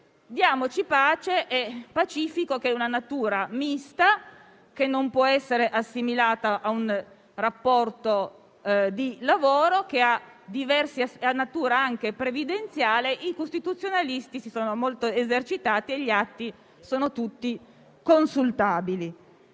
diamoci pace: è pacifico che è una natura mista, che non può essere assimilata a un rapporto di lavoro e che ha natura anche previdenziale. I costituzionalisti si sono molto esercitati e gli atti sono tutti consultabili.